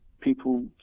People